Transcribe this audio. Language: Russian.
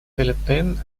филиппин